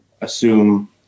Assume